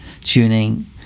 tuning